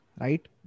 right